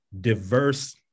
diverse